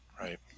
Right